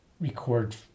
record